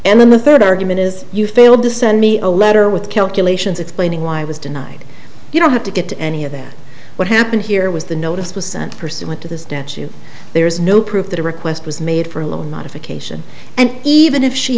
and then the third argument is you failed to send me a letter with calculations explaining why i was denied you don't have to get any of that what happened here was the notice was sent pursuant to the statute there is no proof that a request was made for a loan modification and even if she